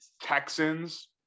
Texans